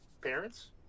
parents